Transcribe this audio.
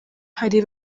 hari